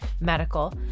medical